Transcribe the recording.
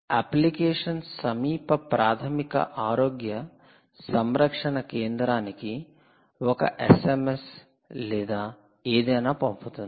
application సమీప ప్రాధమిక ఆరోగ్య సంరక్షణ కేంద్రానికి ఒక SMS లేదా ఏదైనా పంపుతుంది